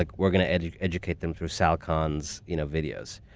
like we're going to educate educate them through sal khan's you know videos.